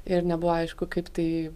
ir nebuvo aišku kaip tai